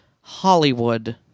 Hollywood